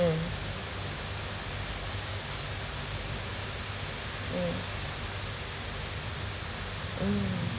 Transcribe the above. mm mm